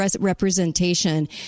representation